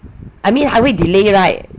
I mean 还会 delay [right]